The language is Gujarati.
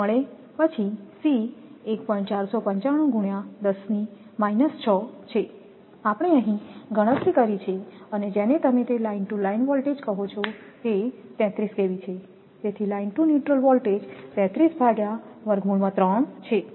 તેથી છેપછી C છે આપણે અહીં ગણતરી કરી છે અને જેને તમે તે લાઇન ટુ લાઇન વોલ્ટેજ કહો છો તે 33KV છે તેથી લાઇન ટુ ન્યુટ્રલ વોલ્ટેજ છે